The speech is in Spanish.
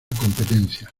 competencia